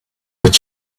but